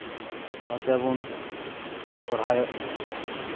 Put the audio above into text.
ᱚᱱᱟ ᱛᱮᱵᱚᱱ ᱥᱚᱨᱦᱟᱭᱚᱜ ᱠᱟᱱᱟ